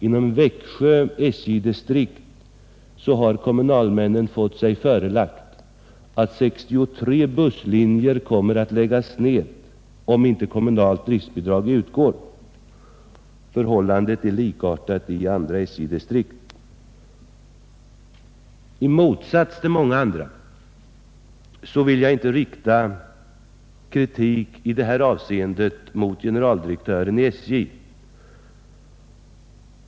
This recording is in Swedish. Inom Växjö SJ-distrikt har kommunalmännen fått sig förelagt att 63 busslinjer kommer att läggas ned, om inte kommunalt driftbidrag utgår. Förhållandet är likartat i andra SJ-distrikt. I motsats till många andra vill jag inte rikta kritik i detta avseende mot generaldirektören i SJ.